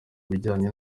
bijyanye